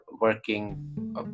working